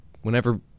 Whenever